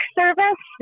service